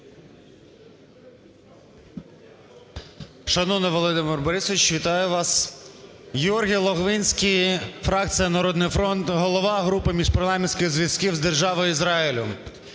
Шановний Володимир Борисович, вітаю вас! ГеоргійЛогвинський, фракція "Народний фронт", голова групи міжпарламентських зв'язків з Державою Ізраїль.